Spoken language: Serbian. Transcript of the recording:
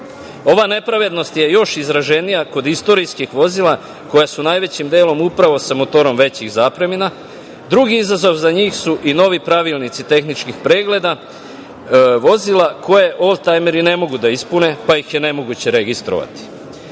nepravednost je još izraženija kod istorijskih vozila koja su najvećim delom upravo sa motorom većih zapremina. Drugi izazov za njih su i novi pravilnici tehničkih pregleda vozila koja oldtajmeri ne mogu da ispune, pa ih je nemoguće registrovati. Pored